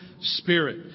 spirit